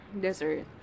desert